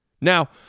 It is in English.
Now